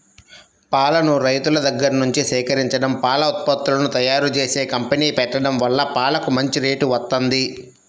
పాలను రైతుల దగ్గర్నుంచి సేకరించడం, పాల ఉత్పత్తులను తయ్యారుజేసే కంపెనీ పెట్టడం వల్ల పాలకు మంచి రేటు వత్తంది